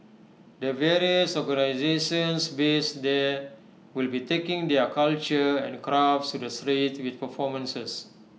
the various organisations based there will be taking their culture and crafts to the streets with performances